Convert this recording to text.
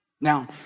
Now